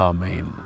Amen